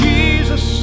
Jesus